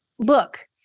Look